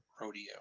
rodeo